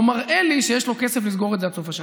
מראה לי שיש לו כסף לסגור את זה עד סוף השנה.